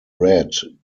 read